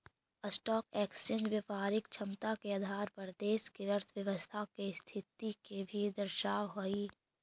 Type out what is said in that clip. stock exchange व्यापारिक क्षमता के आधार पर देश के अर्थव्यवस्था के स्थिति के भी दर्शावऽ हई